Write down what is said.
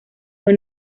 fue